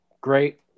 Great